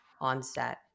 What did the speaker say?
onset